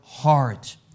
heart